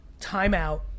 timeout